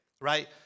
right